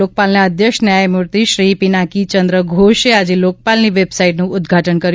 લોકપાલના અધ્યક્ષ ન્યાયમૂર્તિ શ્રી પિનાકી ચંદ્ર ઘોષે આજે લોકપાલની વેબસાઈટનું ઉદ્વાટન કર્યું